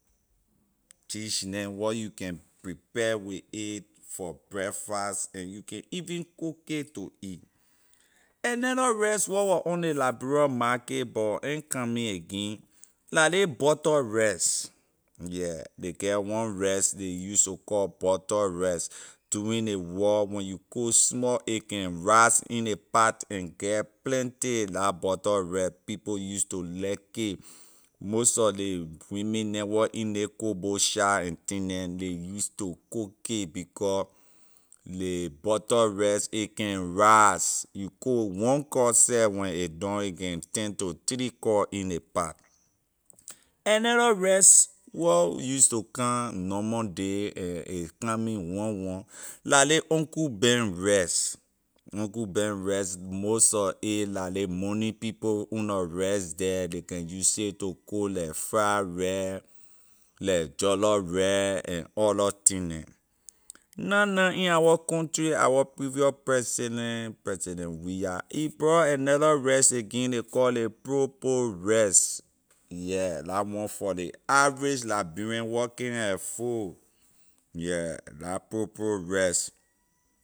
Dish neh wor you can prepare with a for breakfast and you can even cook a to eat another rice where wor on ley liberia markay but ain’t coming again la ley butter rice yeah ley get one rice ley use to call butter rice during ley war when you cook small a can rise in ley pat and get plenty la butter rice people use to like it most sor ley women neh where in ley cook bowl shop and thing neh ley use to cook a becor ley butter rice a can rise you cook one cup seh when a done a can turn to three cup in ley pat another rice where use to come normal day and is coming one one la ley uncle ben rice, uncle ben rice most sor a la ley money people own lor rice the ley can use it to cook la fried rice leh jolloh rice and other thing neh na na in our country our previous president, president weah, he brought another rice again ley call ley pro- poor rice yeah la on for ley average liberia wor can’t afford yeah la pro- poor rice